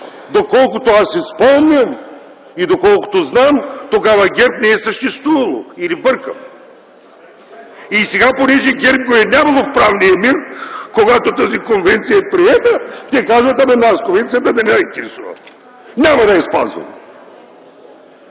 Доколкото аз си спомням и доколкото знам, тогава ГЕРБ не е съществувала, или бъркам? И понеже ГЕРБ я е нямало в правния мир, когато тази конвенция е приета, те казват: „Ама нас конвенцията не ни интересува, няма да я спазваме!”